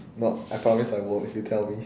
no I promise I won't if you tell me